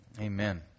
Amen